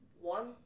one